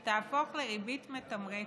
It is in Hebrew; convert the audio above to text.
היא תהפוך לריבית מתמרצת,